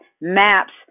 maps